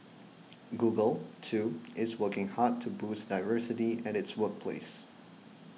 Google too is working hard to boost diversity at its workplace